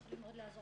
הישיבה ננעלה